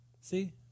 See